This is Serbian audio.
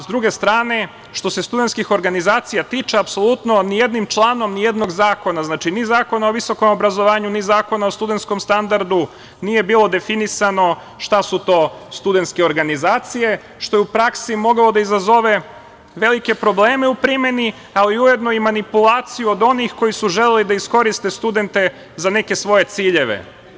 S druge strane, što se studentskih organizacija tiče, apsolutno ni jednim članom ni jednog zakona, ni Zakon o visokom obrazovanju, ni Zakon o studentskom standardu, nije bilo definisano šta su to studentske organizacije, što je u praksi moglo da izazove velike probleme u primeni, ali ujedno i manipulaciju od onih koji su želeli da iskoriste studente za neke svoje ciljeve.